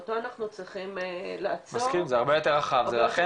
ואבא שלי אמר שהכל לפי התכנון,